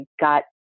got